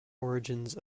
origins